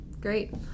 great